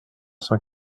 cent